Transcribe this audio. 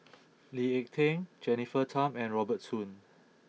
Lee Ek Tieng Jennifer Tham and Robert Soon